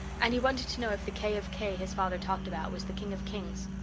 and he wanted to know if the k of k his father talked about was the king of kings.